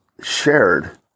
shared